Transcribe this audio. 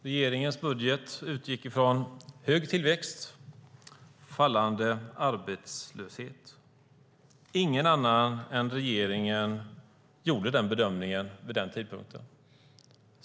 Herr talman! Regeringens budget utgick från hög tillväxt och fallande arbetslöshet. Ingen annan än regeringen gjorde den bedömningen vid den tidpunkten.